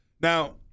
Now